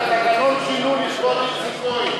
את התקנון שינו לכבוד איציק כהן.